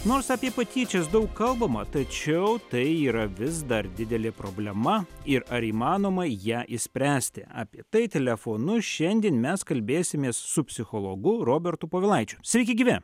nors apie patyčias daug kalbama tačiau tai yra vis dar didelė problema ir ar įmanoma ją išspręsti apie tai telefonu šiandien mes kalbėsimės su psichologu robertu povilaičiu sveiki gyvi